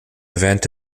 event